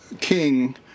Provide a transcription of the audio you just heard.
king